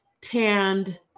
tanned